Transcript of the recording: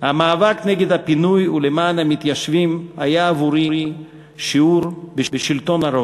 המאבק נגד הפינוי ולמען המתיישבים היה עבורי שיעור בשלטון הרוב.